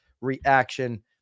reaction